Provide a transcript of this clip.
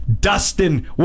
Dustin